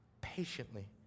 patiently